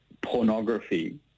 pornography